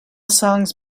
songs